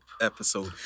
episode